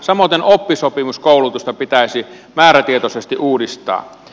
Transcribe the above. samoiten oppisopimuskoulutusta pitäisi määrätietoisesti uudistaa